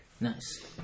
Nice